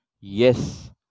Yes